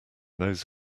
those